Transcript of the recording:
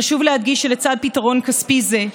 חשוב להדגיש שלצד פתרון כספי זה,